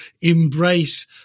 embrace